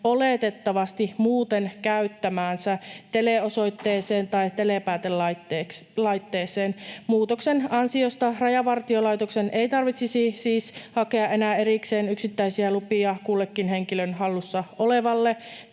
oletettavasti muuten käyttämäänsä teleosoitteeseen tai telepäätelaitteeseen. Muutoksen ansiosta Rajavartiolaitoksen ei tarvitsisi siis hakea enää erikseen yksittäisiä lupia kullekin henkilön hallussa olevalle